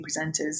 presenters